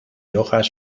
hojas